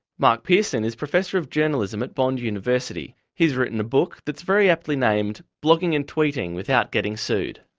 mark pearson is professor of journalism at bond university. he's written a book that's very aptly named blogging and tweeting without getting sued.